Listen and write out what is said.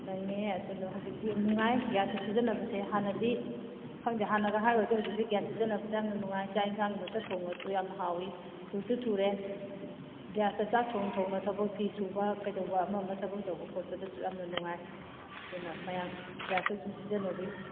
ꯅꯪꯉꯦ ꯑꯗꯨꯅ ꯍꯧꯖꯤꯛꯇꯤ ꯌꯥꯝ ꯅꯨꯡꯉꯥꯏ ꯒ꯭ꯌꯥꯁꯇ ꯁꯤꯖꯟꯅꯕꯁꯦ ꯍꯥꯟꯅꯗꯤ ꯈꯪꯗꯦ ꯍꯥꯟꯅꯒ ꯍꯥꯏꯔꯨꯔꯗꯤ ꯍꯧꯖꯤꯛꯇꯤ ꯒ꯭ꯌꯥꯁ ꯁꯤꯖꯟꯅꯕꯗ ꯌꯥꯝ ꯅꯨꯡꯉꯥꯏ ꯆꯥꯛ ꯌꯦꯟꯖꯥꯡꯃꯛꯇ ꯊꯣꯡꯉꯁꯨ ꯌꯥꯝꯅ ꯍꯥꯎꯏ ꯊꯨꯁꯨ ꯊꯧꯔꯦ ꯒ꯭ꯌꯦꯁꯇ ꯆꯥꯛ ꯊꯣꯡ ꯊꯣꯡꯅ ꯊꯕꯛ ꯐꯤ ꯁꯨꯕ ꯀꯨꯗꯧꯕ ꯑꯃ ꯑꯃ ꯊꯕꯛ ꯇꯧꯕ ꯈꯣꯠꯄꯗꯁꯨ ꯌꯥꯝꯅ ꯅꯨꯡꯉꯥꯏ ꯑꯗꯨꯅ ꯃꯌꯥꯝ ꯒ꯭ꯌꯥꯁꯁꯨ ꯑꯁꯨꯝ ꯁꯤꯖꯟꯅꯕꯤꯌꯨ